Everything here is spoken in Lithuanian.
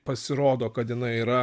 pasirodo kad jinai yra